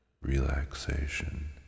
relaxation